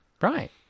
Right